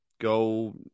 go